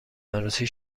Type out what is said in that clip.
عروسی